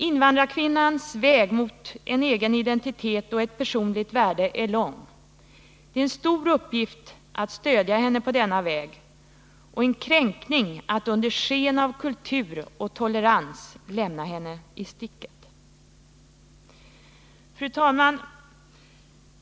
Invandrarkvinnans väg mot en egen identitet och ett personligt värde är lång. Det är en stor uppgift att stödja henne på denna väg och en kränkning att under sken av ”kultur” och ”tolerans” lämna henne i sticket.” Fru talman!